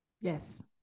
Yes